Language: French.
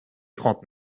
trente